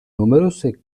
numerose